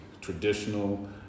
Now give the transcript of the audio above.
traditional